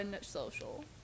social